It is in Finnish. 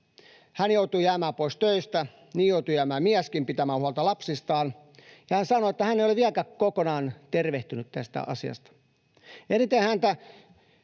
Hän joutui jäämään pois töistä, niin joutui jäämään mieskin, pitämään huolta lapsista, ja hän sanoi, että hän ei ole vieläkään kokonaan tervehtynyt tästä asiasta.